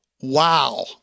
wow